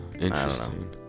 interesting